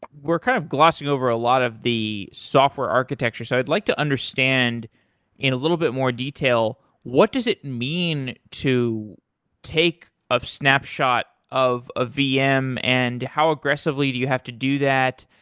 we're kind of glossing over a lot of the software architecture. so i'd like to understand in a little bit more detail, what does it mean to take a snapshot of a vm and how aggressively do you have to do that.